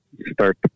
start